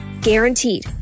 Guaranteed